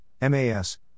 MAS